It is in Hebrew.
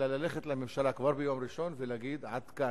אלא ללכת לממשלה כבר ביום ראשון ולהגיד: עד כאן.